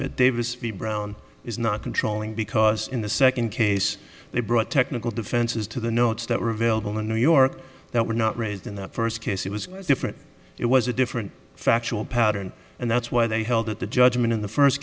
bit davis be brown is not controlling because in the second case they brought technical defenses to the notes that were available in new york that were not raised in the first case it was different it was a different factual pattern and that's why they held at the judgment in the first